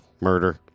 murder